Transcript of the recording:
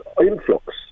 influx